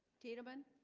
tiedemann